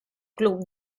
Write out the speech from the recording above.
club